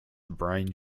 brine